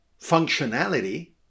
functionality